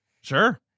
sure